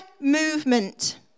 movement